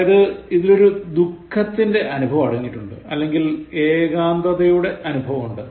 അതായത് ഇതിൽ ഒരു ദുഖത്തിന്റെ അനുഭവം അടങ്ങിയിട്ടുണ്ട് അല്ലെങ്കിൽ ഏകാന്തതയുടെ അനുഭവമുണ്ട്